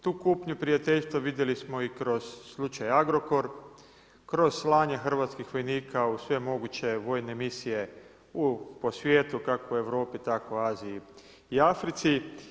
Tu kupnju prijateljstva vidjeli smo i kroz slučaj Agrokor, kroz slanje hrvatskih vojnika u sve moguće vojne misije po svijetu, kako Europi, tako Aziji i Africi.